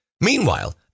Meanwhile